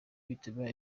bituma